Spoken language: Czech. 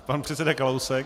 Pan předseda Kalousek.